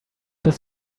does